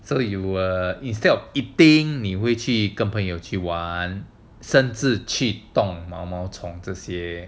so you were instead of eating 你会去跟朋友去玩甚至去动毛毛虫这些